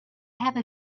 have